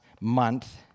month